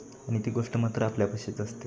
आणि ती गोष्ट मात्र आपल्यापाशीच असते